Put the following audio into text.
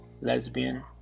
lesbian